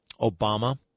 Obama